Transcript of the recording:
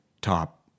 top